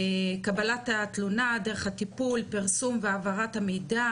קבלת התלונה, דרך הטיפול, פרסום והעברת המידע